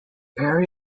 parry